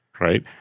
Right